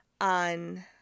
on